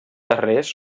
darrers